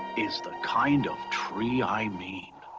is the kind of tree i mean!